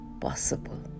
possible